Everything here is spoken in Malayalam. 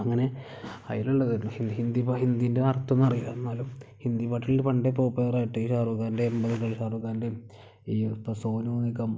അങ്ങനെ അതിലുള്ളത് ഹിന്ദി ഹിന്ദിൻ്റെ അർത്ഥം വന്ന അറിയില്ല എന്നാലും ഹിന്ദി പാട്ടിൻ്റെ പണ്ടേ പോപ്പുലറായിട്ടുള്ള ഈ ഷരൂഖാൻ്റേയു ഈ സോനു നിഗം